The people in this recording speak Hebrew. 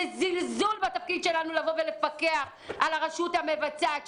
זה זלזול בתפקיד שלנו לפקח על הרשות המבצעת,